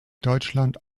deutschland